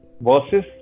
versus